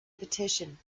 petition